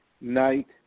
night